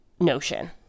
notion